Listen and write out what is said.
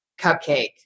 cupcake